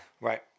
Right